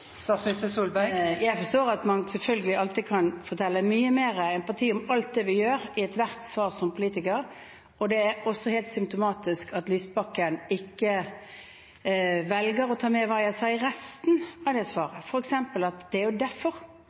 Jeg forstår at man i ethvert svar som politiker selvfølgelig alltid kan fortelle med mye mer empati om alt det vi gjør, og det er også helt symptomatisk at Lysbakken ikke velger å ta med hva jeg sa i resten av det svaret, f.eks. at det er derfor